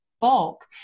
bulk